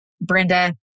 Brenda